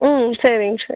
ம் சரிங் சரி